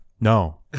No